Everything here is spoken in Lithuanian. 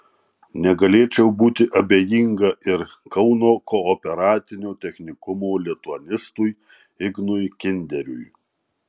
negalėčiau būti abejinga ir kauno kooperatinio technikumo lituanistui ignui kinderiui